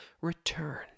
return